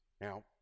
Now